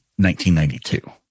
1992